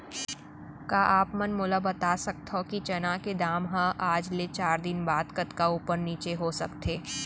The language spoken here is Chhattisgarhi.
का आप मन मोला बता सकथव कि चना के दाम हा आज ले चार दिन बाद कतका ऊपर नीचे हो सकथे?